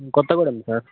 కొత్త గూడెం సార్